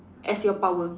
as your power